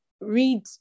read